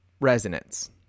resonance